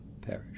perish